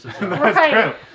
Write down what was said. Right